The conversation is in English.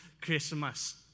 Christmas